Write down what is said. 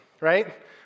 right